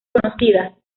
conocidas